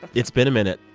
it's been a minute.